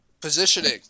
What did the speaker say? Positioning